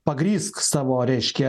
pagrįsk savo reiškia